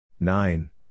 Nine